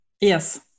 Yes